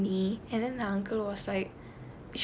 to university and then the uncle was like